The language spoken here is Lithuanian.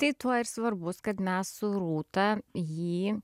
tai tuo ir svarbus kad mes su rūta jį